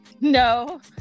No